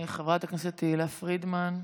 חברת הכנסת תהלה פרידמן,